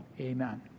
amen